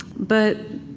but